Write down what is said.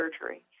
surgery